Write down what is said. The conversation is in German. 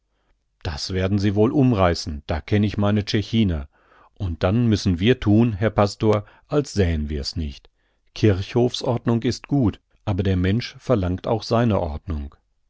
das werden sie wohl umreißen da kenn ich meine tschechiner und dann müssen wir thun herr pastor als sähen wir's nicht kirchhofsordnung ist gut aber der mensch verlangt auch seine ordnung